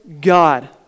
God